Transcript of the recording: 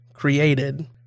created